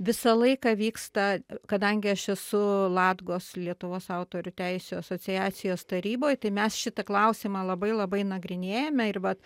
visą laiką vyksta kadangi aš esu latgos lietuvos autorių teisių asociacijos taryboj tai mes šitą klausimą labai labai nagrinėjame ir vat